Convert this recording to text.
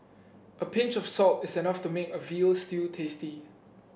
a pinch of salt is enough to make a veal stew tasty